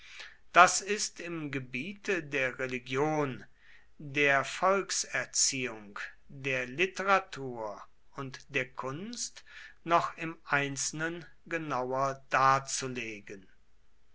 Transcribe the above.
das ist im gebiete der religion der volkserziehung der literatur und der kunst noch im einzelnen genauer darzulegen